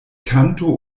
kanto